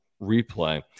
replay